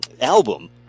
album